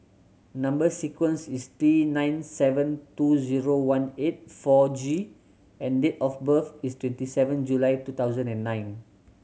number sequence is T nine seven two zero one eight four G and date of birth is twenty seven July two thousand and nine